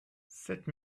sept